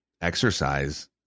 exercise